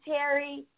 Terry